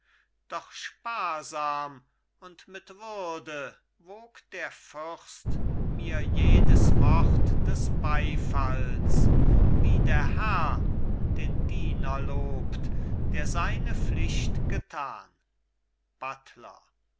doch sparsam und mit würde wog der fürst mir jedes wort des beifalls wie der herr den diener lobt der seine pflicht getan buttler